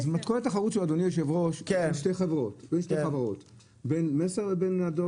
כל התחרות, אלה שתי חברות, בין דואר לבין מסר.